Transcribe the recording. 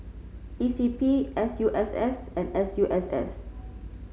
E C P S U S S and S U S S